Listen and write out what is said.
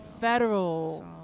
Federal